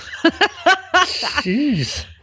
Jeez